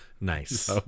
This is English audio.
Nice